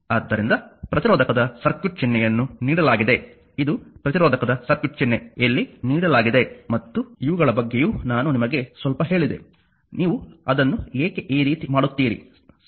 ಆದ್ದರಿಂದ ಪ್ರತಿರೋಧಕದ ಸರ್ಕ್ಯೂಟ್ ಚಿಹ್ನೆಯನ್ನು ನೀಡಲಾಗಿದೆ ಇದು ಪ್ರತಿರೋಧಕದ ಸರ್ಕ್ಯೂಟ್ ಚಿಹ್ನೆ ಇಲ್ಲಿ ನೀಡಲಾಗಿದೆ ಮತ್ತು ಇವುಗಳ ಬಗ್ಗೆಯೂ ನಾನು ನಿಮಗೆ ಸ್ವಲ್ಪ ಹೇಳಿದೆ ನೀವು ಅದನ್ನು ಏಕೆ ಈ ರೀತಿ ಮಾಡುತ್ತೀರಿ ಸರಿ